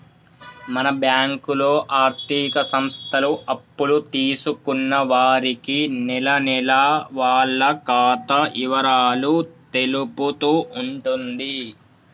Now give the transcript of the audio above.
మన బ్యాంకులో ఆర్థిక సంస్థలు అప్పులు తీసుకున్న వారికి నెలనెలా వాళ్ల ఖాతా ఇవరాలు తెలుపుతూ ఉంటుంది